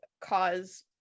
cause